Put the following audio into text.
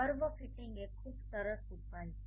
curve fitting એ ખૂબ સરસ ઉપાય છે